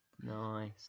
Nice